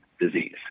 disease